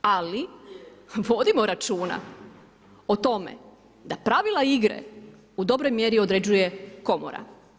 Ali vodimo računa o tome da pravila igre u dobroj mjeri određuje komora.